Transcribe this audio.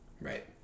Right